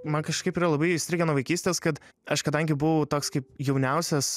man kažkaip yra labai įstrigę nuo vaikystės kad aš kadangi buvau toks kaip jauniausias